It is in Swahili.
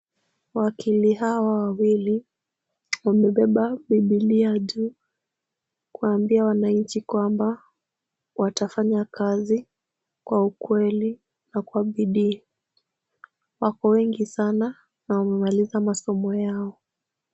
Wakili hawa wawili wamebeba Bibilia juu kuambia wananchi kwamba watafanya kazi kwa ukweli na kwa bidii. Wako wengi sana na wamemaliza masomo yao.